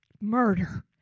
murder